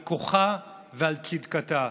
על כוחה ועל צדקתה.